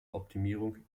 optimierung